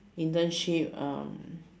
internship um